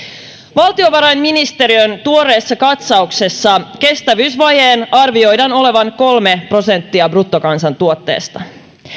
valtiovarainministeriön tuoreessa katsauksessa kestävyysvajeen arvioidaan olevan kolme prosenttia bruttokansantuotteesta